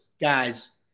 guys